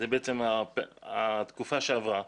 זו בעצם התקופה שעברה.